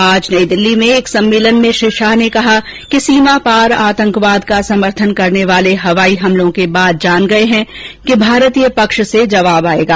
आज नई दिल्ली में एक सम्मेलन में श्री शाह ने कहा कि सीमा पार आतंकवाद का समर्थन करने वाले हवाई हमलों के बाद जान गए हैं कि भारतीय पक्ष से जवाब आएगा